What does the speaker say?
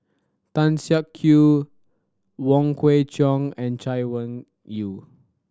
Tan Siak Kew Wong Kwei Cheong and Chay Weng Yew